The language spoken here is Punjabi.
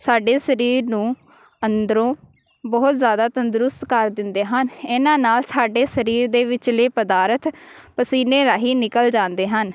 ਸਾਡੇ ਸਰੀਰ ਨੂੰ ਅੰਦਰੋਂ ਬਹੁਤ ਜ਼ਿਆਦਾ ਤੰਦਰੁਸਤ ਕਰ ਦਿੰਦੇ ਹਨ ਇਹਨਾਂ ਨਾਲ ਸਾਡੇ ਸਰੀਰ ਦੇ ਵਿਚਲੇ ਪਦਾਰਥ ਪਸੀਨੇ ਰਾਹੀਂ ਨਿਕਲ ਜਾਂਦੇ ਹਨ